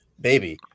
baby